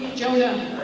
jona.